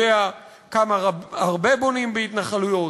יודע כמה הרבה בונים בהתנחלויות,